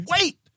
wait